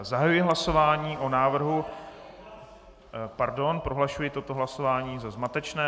Zahajuji hlasování o návrhu Pardon, prohlašuji toto hlasování za zmatečné.